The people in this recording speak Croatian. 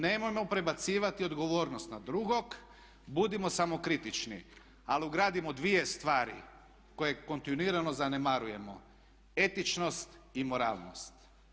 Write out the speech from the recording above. Nemojmo prebacivati odgovornost na drugog, budimo samokritični ali ugradimo dvije stvari koje kontinuirano zanemarujemo etičnost i moralnost.